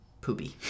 poopy